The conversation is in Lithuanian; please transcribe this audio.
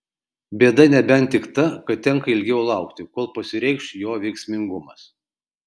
bėda nebent tik ta kad tenka ilgiau laukti kol pasireikš jo veiksmingumas